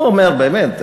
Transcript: הוא אומר: באמת,